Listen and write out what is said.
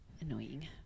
Annoying